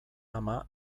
ama